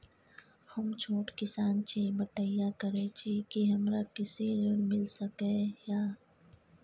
हम छोट किसान छी, बटईया करे छी कि हमरा कृषि ऋण मिल सके या?